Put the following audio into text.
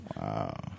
Wow